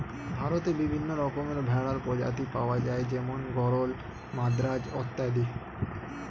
ভারতে বিভিন্ন রকমের ভেড়ার প্রজাতি পাওয়া যায় যেমন গরল, মাদ্রাজ অত্যাদি